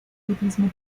budismo